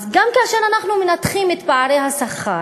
אז גם כאשר אנחנו מנתחים את פערי השכר,